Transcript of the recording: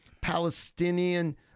Palestinian